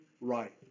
right